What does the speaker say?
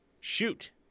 Shoot